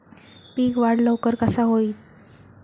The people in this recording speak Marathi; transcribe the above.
पीक वाढ लवकर कसा होईत?